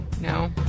No